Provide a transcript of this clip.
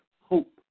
hope